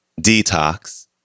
Detox